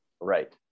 right